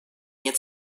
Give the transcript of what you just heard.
нет